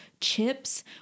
chips